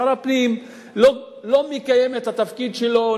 שר הפנים לא מקיים את התפקיד שלו,